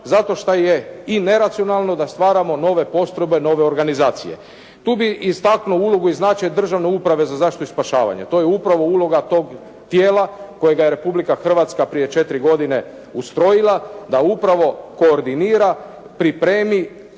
zato šta je i neracionalno da stvaramo nove postrojbe, nove organizacije. Tu bih istaknuo ulogu i značaj državne uprave za zaštitu i spašavanje. To je upravo uloga tog tijela kojega je Republika Hrvatska prije četiri godine ustrojila, da upravo koordinira, pripremi